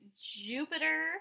Jupiter